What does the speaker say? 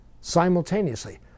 simultaneously